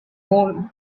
more